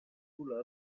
pull